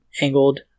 angled